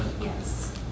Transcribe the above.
Yes